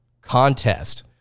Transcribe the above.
contest